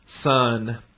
son